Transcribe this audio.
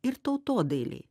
ir tautodailei